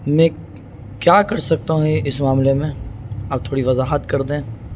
میں کیا کر سکتا ہوں اس معاملے میں آپ تھوڑی وضاحت کر دیں